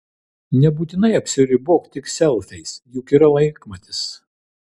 nebūtinai apsiribok tik selfiais juk yra laikmatis